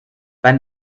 beim